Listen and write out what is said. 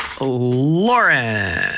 Lauren